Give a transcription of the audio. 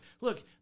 look